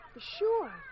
Sure